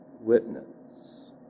witness